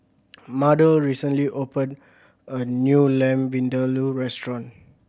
Mardell recently opened a new Lamb Vindaloo restaurant